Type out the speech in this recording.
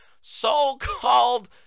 so-called